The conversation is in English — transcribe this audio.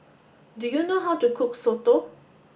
do you know how to cook Soto